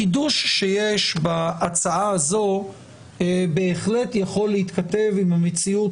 החידוש שיש בהצעה הזו בהחלט יכול להתכתב עם המציאות,